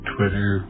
Twitter